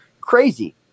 crazy